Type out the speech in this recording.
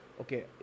okay